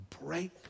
break